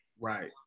right